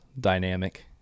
dynamic